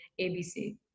ABC